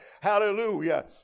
Hallelujah